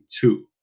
two